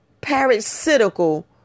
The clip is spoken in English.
parasitical